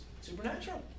Supernatural